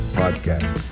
podcast